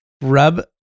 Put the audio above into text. Rub